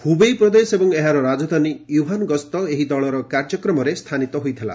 ହ୍ରବେଇ ପ୍ରଦେଶ ଏବଂ ଏହାର ରାଜଧାନୀ ୟୁହାନ୍ ଗସ୍ତ ଏହି ଦଳର କାର୍ଯ୍ୟକ୍ରମ ସ୍ତାନିତ ହୋଇ ନ ଥିଲା